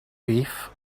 beef